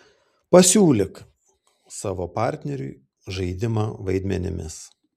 pasiūlyk savo partneriui žaidimą vaidmenimis